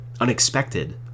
unexpected